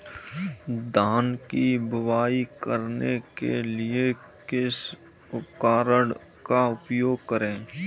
धान की बुवाई करने के लिए किस उपकरण का उपयोग करें?